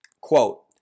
Quote